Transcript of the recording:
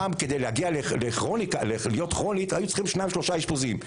בעבר כדי להגיע למצב של להיות כרונית היו צריכים שניים-שלושה אשפוזים,